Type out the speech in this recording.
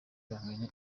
banganya